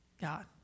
God